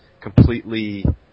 completely